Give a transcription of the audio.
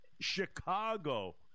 Chicago